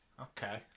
Okay